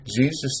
Jesus